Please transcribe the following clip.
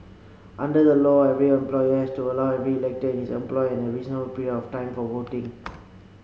under the law every employer has to allow every elector in his employ a reasonable period of time for voting